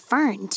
Fern